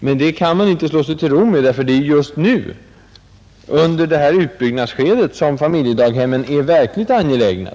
Men det kan man inte slå sig till ro med, för det är just nu under uppbyggnadsskedet som familjedaghemmen är verkligt angelägna.